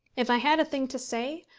if i had a thing to say,